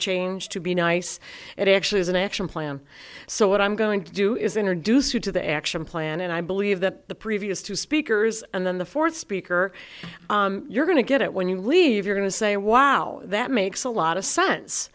change to be nice it actually is an action plan so what i'm going to do is introduce you to the action plan and i believe that the previous two speakers and then the fourth speaker you're going to get it when you leave you're going to say wow that makes a lot of sense